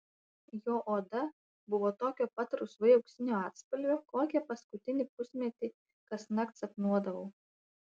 jo oda buvo tokio pat rusvai auksinio atspalvio kokią paskutinį pusmetį kasnakt sapnuodavau